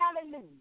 Hallelujah